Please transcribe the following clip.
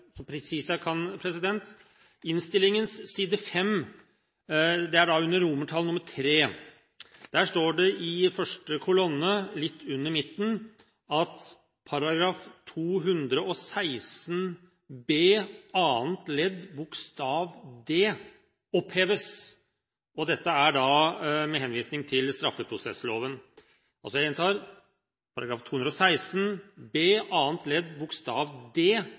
så presis jeg kan, president – under III, første kolonne, litt under midten: «§ 216 b annet ledd bokstav d oppheves.» Dette er med henvisning til straffeprosessloven. Jeg gjentar det som står i innstillingen: «§ 216 b annet ledd bokstav d